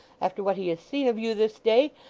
after what he has seen of you this day,